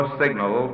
signal